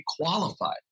qualified